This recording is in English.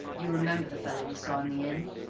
you remember the fellow we saw in the inn?